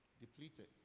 depleted